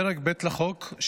פרק ב' לחוק,